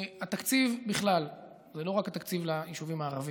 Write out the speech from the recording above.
התקציב בכלל, זה לא רק התקציב ליישובים הערביים.